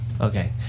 Okay